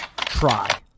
try